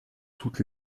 toutes